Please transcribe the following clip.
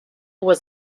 was